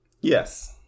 Yes